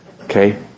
Okay